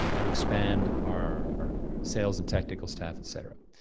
to expand our sales and technical staff etcetera.